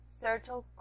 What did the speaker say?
certain